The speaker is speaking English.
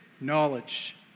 knowledge